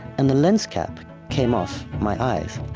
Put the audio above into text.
and the lens cap came off my eyes.